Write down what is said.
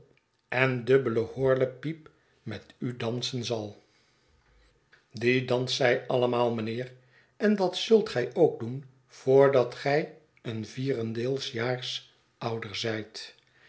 en dubbele borlepijp met u dansen zal die danst zij allemaal mijnheer en dat zult gij ook doen voordat gij een vierendeeljaars ouder z'yt